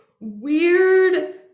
weird